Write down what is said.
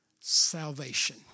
salvation